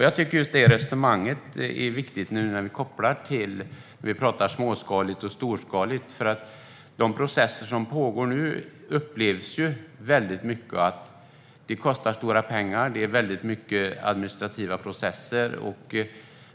Jag tycker att just det resonemanget är viktigt nu när vi pratar om småskaligt och storskaligt. De processer som nu pågår upplevs som att de kostar stora pengar. Det är många administrativa processer.